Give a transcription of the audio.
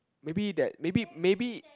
maybe that maybe maybe